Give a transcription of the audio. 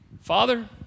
Father